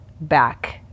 back